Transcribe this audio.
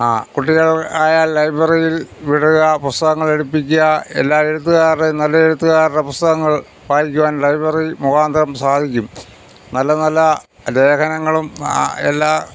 ആ കുട്ടികൾ ആയാൽ ലൈബ്രറിയിൽ വിടുക പുസ്തകങ്ങളെടുപ്പിക്കുക എല്ലാ എഴുത്തുകാരുടെയും നല്ല എഴുത്തുകാരുടെ പുസ്തകങ്ങൾ വായിക്കുവാൻ ലൈബ്രറി മുഖാന്തരം സാധിക്കും നല്ല നല്ല ലേഖനങ്ങളും എല്ലാ